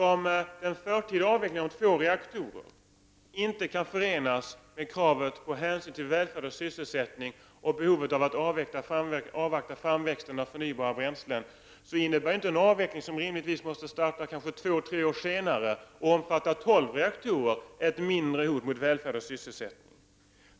Om den förtida avvecklingen av två reaktorer inte kan förenas med kravet på hänsyn till välfärd och sysselsättning och behovet av att avvakta framväxten av förnybara bränslen, så innebär ju inte en avveckling som rimligtvis måste starta kanske två tre år senare och omfatta tolv reaktorer ett mindre hot mot välfärd och sysselsättning.